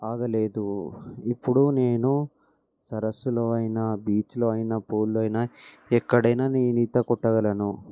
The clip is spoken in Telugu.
ఆగలేదు ఇప్పుడు నేను సరస్సులో అయినా బీచ్లో అయినా పూల్లో అయినా ఎక్కడైనా నేను ఈత కొట్టగలను